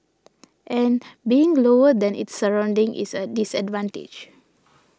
and being lower than its surroundings is a disadvantage